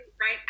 right